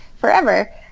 forever